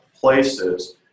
places